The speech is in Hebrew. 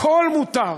הכול מותר,